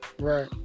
Right